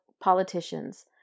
politicians